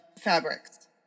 fabrics